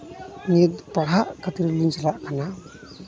ᱱᱤᱛ ᱯᱟᱲᱦᱟᱜ ᱠᱷᱟᱹᱛᱤᱨ ᱞᱤᱧ ᱪᱟᱞᱟᱜ ᱠᱟᱱᱟ